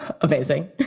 Amazing